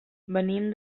venim